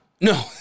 No